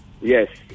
Yes